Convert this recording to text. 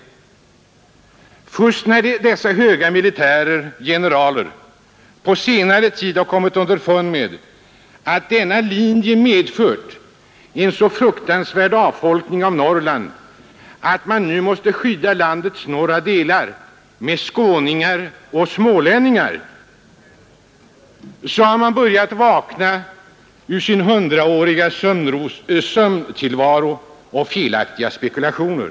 Först när dessa högre militärer, generaler, på senare tid kommit underfund med att denna linje medfört en så fruktansvärd avfolkning av Norrland att man nu måste skydda landets norra delar med skåningar och smålänningar har man börjat att vakna upp ur sin hundraåriga sömntillvaro och sina felaktiga spekulationer.